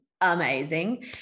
amazing